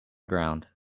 ground